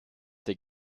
der